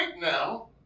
now